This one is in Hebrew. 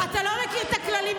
לא אכפת לך להגיד.